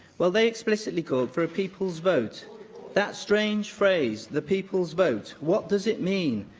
well, they explicitly call for a people's vote that strange phrase, the people's vote. what does it mean?